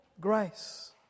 grace